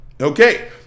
Okay